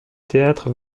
théâtre